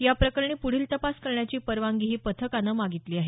याप्रकरणी पुढील तपास करण्याची परवानगीही पथकानं मागितली आहे